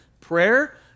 Prayer